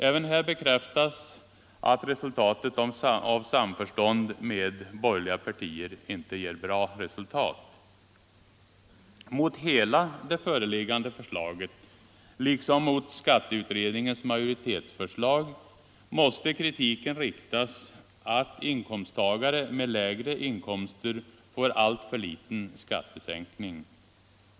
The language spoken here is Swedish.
Även här bekräftas att resultatet av samförstånd med borgerliga partier inte ger bra resultat. Mot hela det föreliggande förslaget liksom mot skatteutredningens majoritetsförslag måste kritiken riktas att inkomsttagare med lägre inkomster får alltför liten skattesänkning.